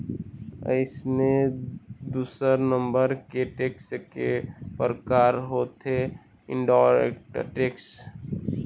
अइसने दूसर नंबर के टेक्स के परकार होथे इनडायरेक्ट टेक्स